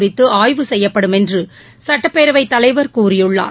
குறித்து ஆய்வு செய்யப்படும் என்று சட்டப்பேரவைத் தலைவர் கூறியுள்ளார்